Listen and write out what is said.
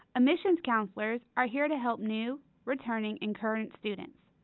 admissions counselors are here to help new, returning, and current students.